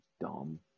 dumb